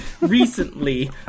Recently